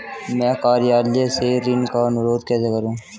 मैं कार्यालय से ऋण का अनुरोध कैसे करूँ?